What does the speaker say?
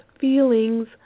feelings